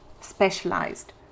specialized